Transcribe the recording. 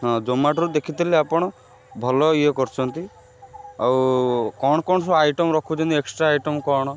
ହଁ ଜମାଟୋରୁ ଦେଖିଥିଲି ଆପଣ ଭଲ ଇଏ କରୁଛନ୍ତି ଆଉ କ'ଣ କ'ଣ ସବୁ ଆଇଟମ୍ ରଖୁଛନ୍ତି ଏକ୍ସଟ୍ରା ଆଇଟମ୍ କ'ଣ